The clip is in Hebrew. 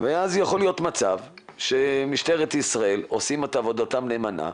ואז יכול להיות מצב שמשטרת ישראל עושים את עבודתם נאמנה,